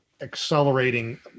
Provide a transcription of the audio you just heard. accelerating